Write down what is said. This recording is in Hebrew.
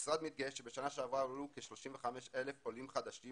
המשרד מתגאה בכך שבשנה שעברה עלו כ-35,000 עולים חדשים